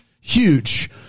Huge